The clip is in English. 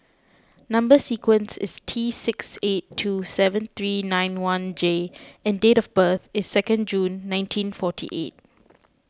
Number Sequence is T six eight two seven three nine one J and date of birth is second June nineteen forty eight